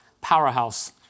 powerhouse